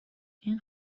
این